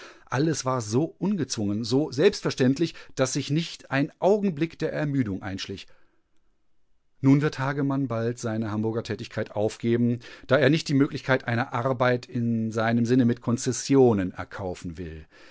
alles war so ungezwungen so selbstverständlich daß sich nicht ein augenblick der ermüdung einschlich nun wird hagemann bald seine hamburger tätigkeit aufgeben da er nicht die möglichkeit einer arbeit in seinem sinne mit konzessionen erkaufen will